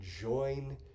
join